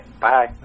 Bye